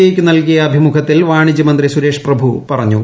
I യ്ക്ക് നൽകിയ അഭിമുഖത്തിൽ വാണിജ്യ മന്ത്രി സുരേഷ് പ്രഭു പറഞ്ഞു